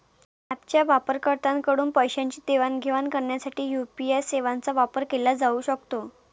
ऍपच्या वापरकर्त्यांकडून पैशांची देवाणघेवाण करण्यासाठी यू.पी.आय सेवांचा वापर केला जाऊ शकतो